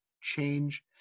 change